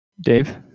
Dave